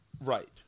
Right